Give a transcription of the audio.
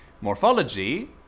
morphology